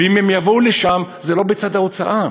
ואם הם יבואו לשם, זה לא בצד ההוצאה,